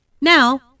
Now